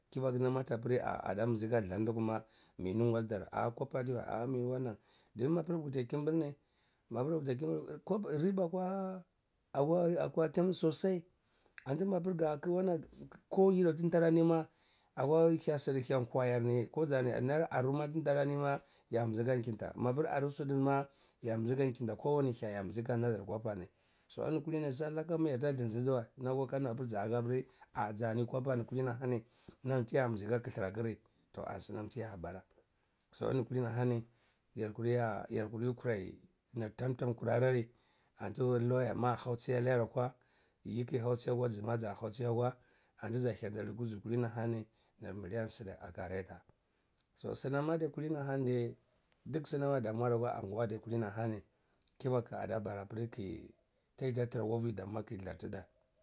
Kibaku nam atapir ah ada mizi ka zlardi kuma minu ayidar ah kopa adiwa ah muwan nan don mapir gwuti kimbil ni mapir wuti kimbil ni riba akwa tini sosai, anti mapir gaka wanan ko yidau tara ni ma akwa hya sidi hya kwayar ni ko zani naira aru tin tara ni ma ya mizi ka kinta mapir aru sidi ma ya mizi ka kinta kowani hya ya mizi ka nadir kapani kinta kowani hya ya mizi ka nadir kopani so eni kulini sal laka ma yar ta dizji wan am akwa kano apir zi hani apir… ah za ni kwapa ni kulini hani nam tiya mizi ka yi hya kitir akir toh ani sinam tiya bara so eni kulmi hani yarkur ya… yar kurai nim kurari anitim loyar ma za hausi anayar akwa yiye ki hausi akwa, zima za hausi akwa anti za henta ni kuzugu kulini hani nir million sida akh retah. So sinam adar kulini ahani dai duk sinam ti adamor akwa anguwa dai kulini ahani kibaku ada bara ki tita tira akwa vilaka kzlar tidar.